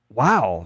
wow